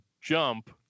jump